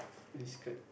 discuss